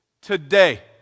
today